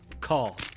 call